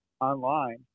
online